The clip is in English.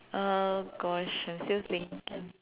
oh gosh I'm still thinking